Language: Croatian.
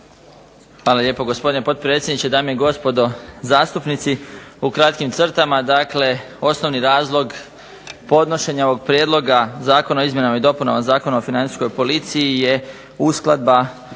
Hvala lijepo gospodine potpredsjedniče, dame i gospodo zastupnici. U kratkim crtama, dakle osnovni razlog podnošenja ovog Prijedloga zakona o izmjenama i dopunama Zakona o Financijskoj policiji je uskladba